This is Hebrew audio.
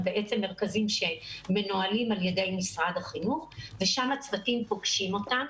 הם מרכזים שמנוהלים על ידי משרד החינוך ושם הצוותים פוגשים אותם,